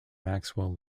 maxwell